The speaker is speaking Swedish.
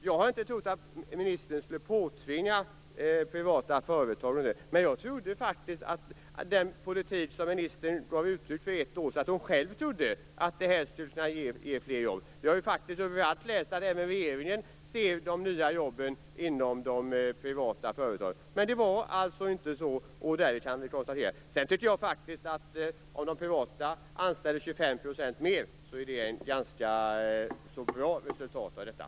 Jag har inte trott att ministern skulle påtvinga privata företag att anställa ungdomar, men jag trodde faktiskt att ministern själv trodde att den politik som ministern gav uttryck för för ett år sedan skulle kunna ge fler jobb. Vi har överallt kunnat läsa om att regeringen ser att de nya jobben skall komma inom de privata företagen, men vi kan konstatera att det inte var så. Jag tycker vidare att det är ett ganska bra resultat om de privata företagen skulle anställa 25 % fler vid en sänkning av arbetsgivaravgiften.